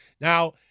Now